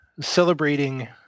celebrating